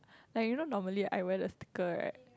like you know normally I wear the thicker right